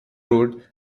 road